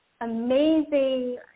amazing